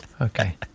Okay